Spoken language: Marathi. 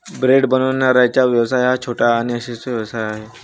ब्रेड बनवण्याचा व्यवसाय हा छोटा आणि यशस्वी व्यवसाय आहे